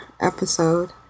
episode